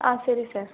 ஆ சரி சார்